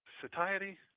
satiety